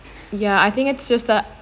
yeah I think it's just that